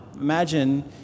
Imagine